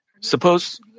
Suppose